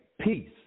peace